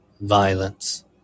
violence